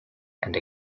and